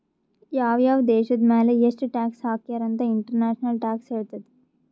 ಯಾವ್ ಯಾವ್ ದೇಶದ್ ಮ್ಯಾಲ ಎಷ್ಟ ಟ್ಯಾಕ್ಸ್ ಹಾಕ್ಯಾರ್ ಅಂತ್ ಇಂಟರ್ನ್ಯಾಷನಲ್ ಟ್ಯಾಕ್ಸ್ ಹೇಳ್ತದ್